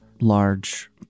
large